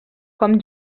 com